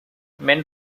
men